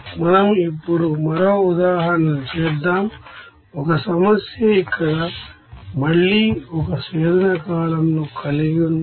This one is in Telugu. మనం ఇప్పుడు మరో ఉదాహరణలు చేద్దాం ఒక సమస్య ఇక్కడ మళ్లీ ఒక స్వేదన కాలమ్ ను కలిగి ఉందాం